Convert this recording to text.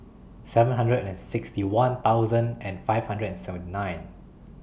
seven hundred and sixty one thousand and five hundred and seventy nine